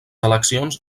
eleccions